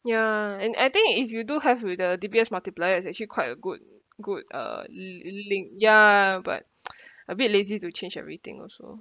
ya and I think if you do have with the D_B_S multiplier is actually quite a good good uh li~ link ya but a bit lazy to change everything also